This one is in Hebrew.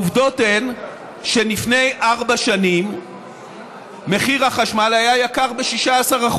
העובדות הן שלפני ארבע שנים מחיר החשמל היה יקר ב-16%.